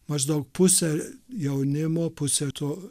maždaug pusė jaunimo pusė tų